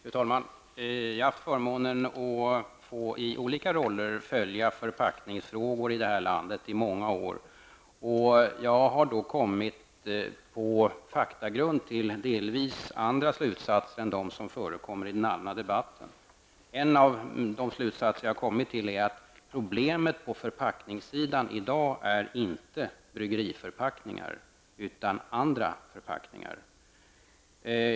Fru talman! Jag har haft förmånen att i olika roller få följa förpackningsfrågor i landet under många år, och jag har då på faktagrund kommit fram till delvis andra slutsatser än de som förekommer i den allmänna debatten. En av de slutsatser som jag har dragit är att problemet på förpackningssidan i dag inte är bryggeriförpackningar utan andra förpackningar.